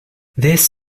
this